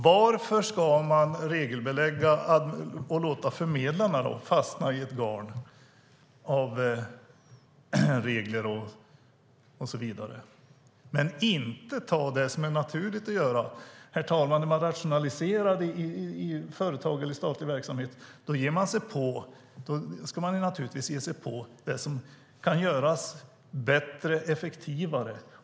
Varför ska man regelbelägga det hela och låta förmedlarna fastna i ett garn av regler och så vidare när man inte gör det som är naturligt att göra, herr talman? När man rationaliserar i företag eller i statlig verksamhet ska man naturligtvis ge sig på det som kan göras bättre och effektivare.